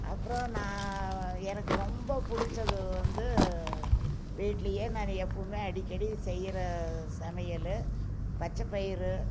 அப்புறம் நான் எனக்கு ரொம்ப பிடிச்சது வந்து வீட்டிலியே நாங்கள் எப்போதுமே அடிக்கடி செய்கிற சமையல் பச்சைப்பயிறு